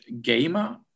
gamer